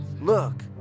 look